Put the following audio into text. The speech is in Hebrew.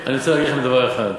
אני רוצה להגיד לכם דבר אחד,